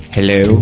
Hello